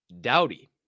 Dowdy